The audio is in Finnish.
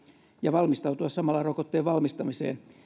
ja valmistautua samalla rokotteen valmistamiseen